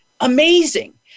amazing